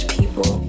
people